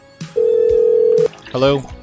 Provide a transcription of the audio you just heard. Hello